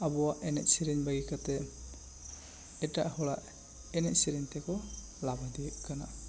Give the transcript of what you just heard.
ᱟᱵᱚᱣᱟᱜ ᱮᱱᱮᱡ ᱥᱮᱨᱮᱧ ᱵᱟᱹᱜᱤ ᱠᱟᱛᱮ ᱮᱴᱟᱜ ᱦᱚᱲᱟᱜ ᱮᱱᱮᱡ ᱥᱮᱨᱮᱧ ᱛᱮᱠᱚ ᱞᱟᱵᱽ ᱤᱫᱤᱭᱮᱜ ᱠᱟᱱᱟ